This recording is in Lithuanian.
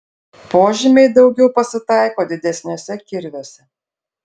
požymiai daugiau pasitaiko didesniuose kirviuose